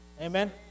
Amen